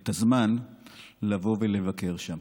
את הזמן לבוא ולבקר שם.